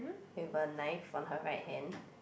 with a knife on her right hand